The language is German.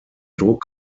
druck